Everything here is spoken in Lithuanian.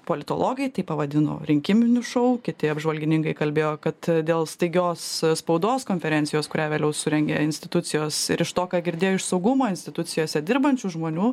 politologai tai pavadino rinkiminiu šou kiti apžvalgininkai kalbėjo kad dėl staigios spaudos konferencijos kurią vėliau surengė institucijos ir iš to ką girdėjo iš saugumo institucijose dirbančių žmonių